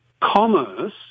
Commerce